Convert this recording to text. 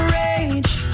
rage